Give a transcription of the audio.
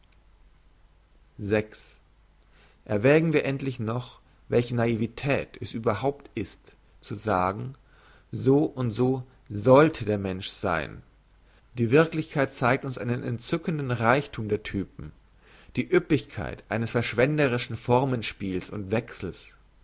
erwägen wir endlich noch welche naivetät es überhaupt ist zu sagen so und so sollte der mensch sein die wirklichkeit zeigt uns einen entzückenden reichthum der typen die üppigkeit eines verschwenderischen formenspiels und wechsels